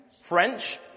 French